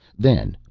then,